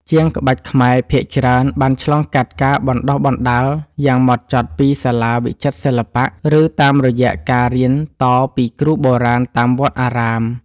ជាងក្បាច់ខ្មែរភាគច្រើនបានឆ្លងកាត់ការបណ្ដុះបណ្ដាលយ៉ាងហ្មត់ចត់ពីសាលាវិចិត្រសិល្បៈ ឬតាមរយៈការរៀនតពីគ្រូបុរាណតាមវត្តអារាម។